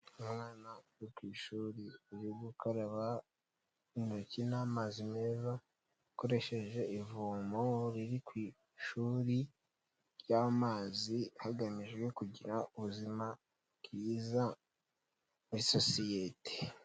Umwana uri ku ishuri uri gukaraba intoki n'amazi meza akoresheje ivomo riri ku ishuri ry'amazi hagamijwe kugira ubuzima bwiza muri sosiyete.